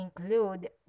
include